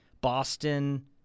Boston